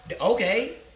okay